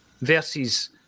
versus